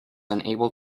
unable